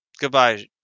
goodbye